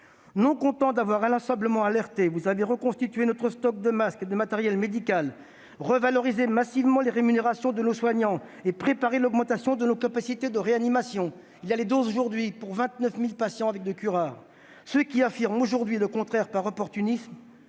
Non content d'avoir inlassablement alerté, vous avez reconstitué notre stock de masques et de matériel médical, revalorisé massivement les rémunérations de nos soignants et préparé l'augmentation de nos capacités en réanimation. Il y a aujourd'hui des doses de curare pour 29 000 patients. Ceux qui affirment aujourd'hui le contraire, par opportunisme